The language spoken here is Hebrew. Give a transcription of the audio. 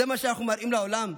זה מה שאנחנו מראים לעולם?